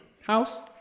House